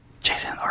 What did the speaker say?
Jason